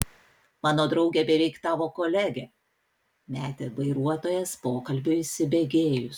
mano draugė beveik tavo kolegė metė vairuotojas pokalbiui įsibėgėjus